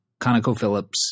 ConocoPhillips